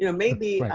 you know maybe.